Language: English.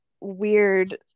weird